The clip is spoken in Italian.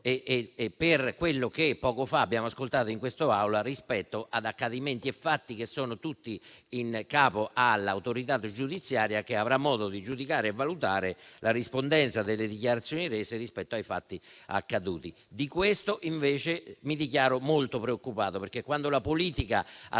e per quello che poco fa abbiamo ascoltato in quest'Aula rispetto ad accadimenti e fatti che sono tutti in capo all'autorità giudiziaria, che avrà modo di giudicare e valutare la rispondenza delle dichiarazioni rese, rispetto ai fatti accaduti. Di questo invece mi dichiaro molto preoccupato perché, quando la politica assume